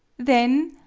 then!